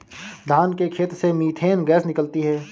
धान के खेत से मीथेन गैस निकलती है